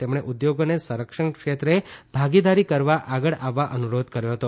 તેમણે ઉદ્યોગોને સંરક્ષણ ક્ષેત્રે ભાગીદારી કરવા આગળ આવવા અનુરોધ કર્યો હતો